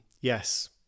yes